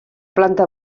planta